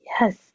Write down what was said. Yes